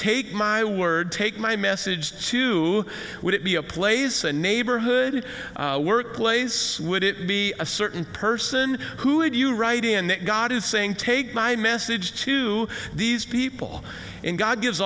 take my word take my message to would it be a plays a neighborhood workplace would it be a certain person who would you write in that god is saying take my message to these people and god gives